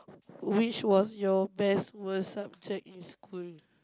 which was your best worst subject in school